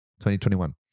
2021